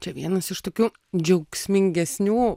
čia vienas iš tokių džiaugsmingesnių